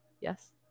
Yes